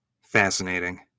Fascinating